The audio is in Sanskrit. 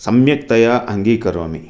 सम्यक्तया अङ्गीकरोमि